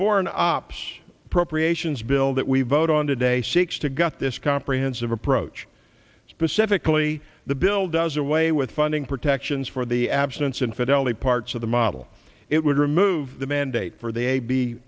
foreign ops appropriations bill that we vote on today seeks to got this comprehensive approach specifically the bill does away with funding protections for the abstinence infidelity parts of the model it would remove the mandate for the